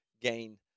gain